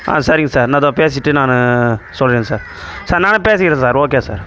சரிங்க சார் நான் இதோ பேசிட்டு நான் சொல்லிடுறேன் சார் சார் நானே பேசிக்கிறேன் சார் ஓகே சார்